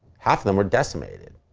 half of them were decimated